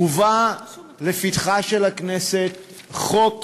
הובא לפתחה של הכנסת חוק